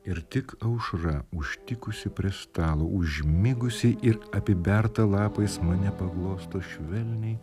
ir tik aušra užtikusi prie stalo užmigusi ir apiberta lapais mane paglosto švelniai